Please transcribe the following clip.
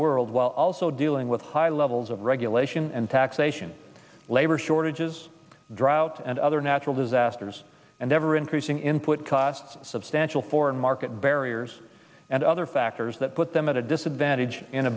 world while also dealing with high levels of regulation and taxation labor shortages drought and other natural disasters and ever increasing input costs substantial foreign market barriers and other factors that put them at a disobey adage in a